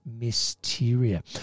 Mysteria